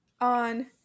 on